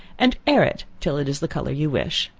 and air it, till it is the color you wish.